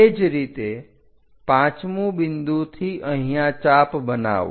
તે જ રીતે પાંચમું બિંદુથી અહીંયા ચાપ બનાવો